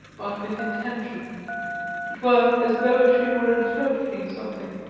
but with intention it were as though she were interpreting something.